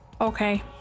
okay